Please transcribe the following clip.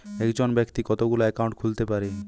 একজন ব্যাক্তি কতগুলো অ্যাকাউন্ট খুলতে পারে?